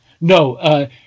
No